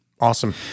Awesome